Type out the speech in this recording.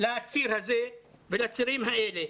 לציר הזה ולצירים האלה.